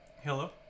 Hello